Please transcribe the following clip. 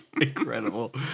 Incredible